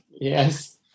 Yes